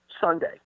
Sunday